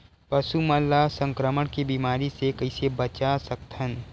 पशु मन ला संक्रमण के बीमारी से कइसे बचा सकथन?